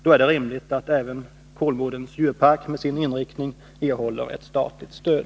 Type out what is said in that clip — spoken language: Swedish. Då är det rimligt att även Kolmårdens djurpark, med sin inriktning, erhåller statligt stöd.